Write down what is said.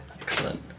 excellent